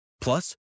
Plus